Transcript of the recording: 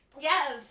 Yes